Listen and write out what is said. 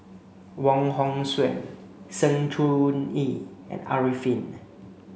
Wong Hong Suen Sng Choon Yee and Arifin